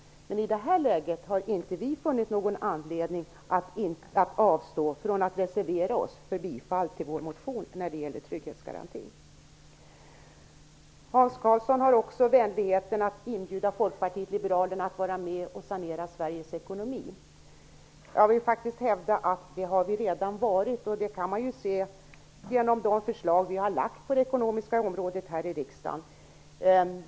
Men i detta läge har vi inte funnit någon anledning att avstå från att yrka bifall till vår reservation, med anledning av vår motion, om en trygghetsgaranti. Hans Karlsson har också vänligheten att inbjuda Folkpartiet liberalerna att vara med och sanera Sveriges ekonomi. Jag vill faktiskt hävda att vi redan har varit det. Det framgår av de förslag som vi har väckt här i riksdagen på det ekonomiska området.